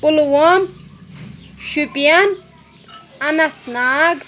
Pulwama Shopian اَنتھ Nag